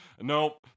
nope